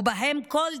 ובהם כל דף,